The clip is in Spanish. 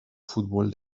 fútbol